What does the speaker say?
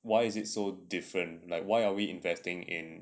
why is it so different like why are we investing in